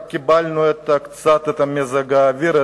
רק קיבלנו קצת את מזג האוויר,